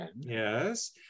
yes